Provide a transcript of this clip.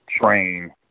train